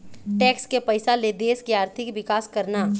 tax के पइसा ले देश के आरथिक बिकास करना